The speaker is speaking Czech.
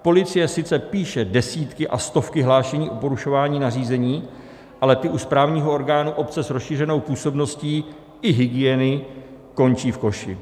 Policie sice píše desítky a stovky hlášení o porušování nařízení, ale ty u správního orgánu obce s rozšířenou působností i hygieny končí v koši.